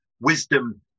wisdom